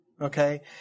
Okay